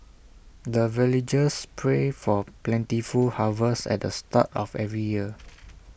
the villagers pray for plentiful harvest at the start of every year